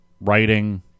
writing